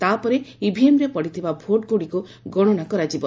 ତା'ପରେ ଇଭିଏମ୍ରେ ପଡ଼ିଥିବା ଭୋଟ୍ଗୁଡ଼ିକୁ ଗଣନା କରାଯିବ